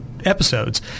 episodes